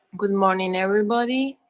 good morning everybody.